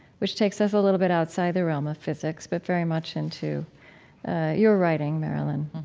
which takes us a little bit outside the realm of physics, but very much into your writing, marilynne.